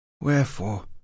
Wherefore